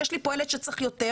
יש לי פה ילד שצריך יותר,